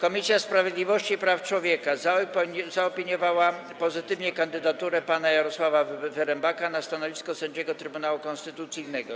Komisja Sprawiedliwości i Praw Człowieka zaopiniowała pozytywnie kandydaturę pana Jarosława Wyrembaka na stanowisko sędziego Trybunału Konstytucyjnego.